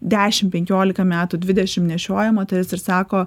dešim penkiolika metų dvidešim nešioja moteris ir sako